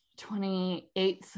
28th